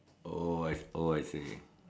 oh I oh I see